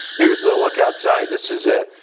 here's a look outside this is it.